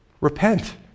Repent